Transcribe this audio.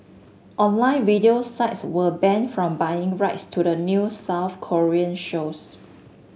online video sites were banned from buying rights to the new South Korean shows